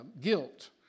guilt